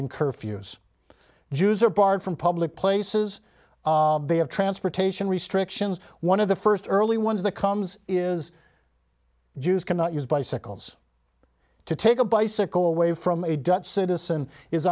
in curfews jews are barred from public places they have transportation restrictions one of the first early ones that comes is jews cannot use bicycles to take a bicycle away from a dutch citizen i